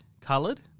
coloured